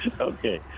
Okay